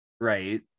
Right